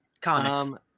Comics